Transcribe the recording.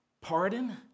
pardon